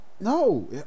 No